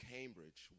Cambridge